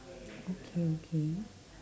okay okay